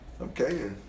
Okay